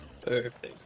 Perfect